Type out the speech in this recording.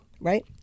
right